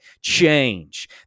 change